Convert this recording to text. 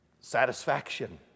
satisfaction